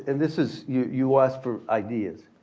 and this is you asked for ideas.